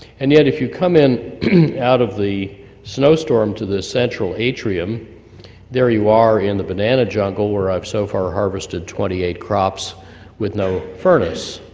and yet if you come in out of the snowstorm to the central atrium there you are in the banana jungle where i've so far harvested twenty eight crops with no furnace.